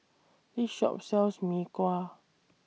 This Shop sells Mee Kuah